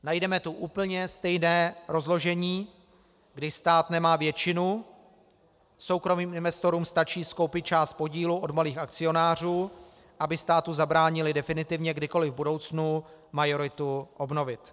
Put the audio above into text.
Najdeme tu úplně stejné rozložení, kdy stát nemá většinu, soukromým investorům stačí skoupit část podílů od malých akcionářů, aby státu zabránili definitivně kdykoli v budoucnu majoritu obnovit.